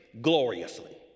gloriously